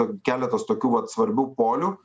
keletas tokių vat svarbių polių